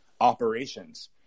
operations